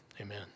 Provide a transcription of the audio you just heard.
Amen